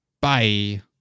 Bye